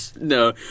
No